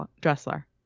Dressler